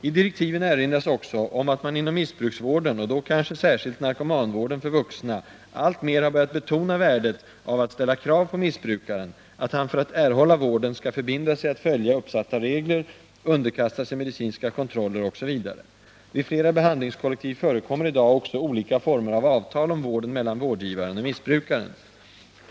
I direktiven erinras också om att man inom missbruksvården — och då kanske särskilt narkomanvården för vuxna — alltmer har börjat betona värdet av att ställa krav på missbrukaren att han för att erhålla vården skall förbinda sig att följa uppsatta regler, underkasta sig medicinska kontroller osv. Vid flera behandlingskollektiv förekommer i dag också olika former av avtal om vården mellan vårdgivaren och missbrukaren.